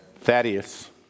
Thaddeus